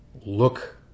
look